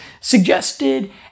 suggested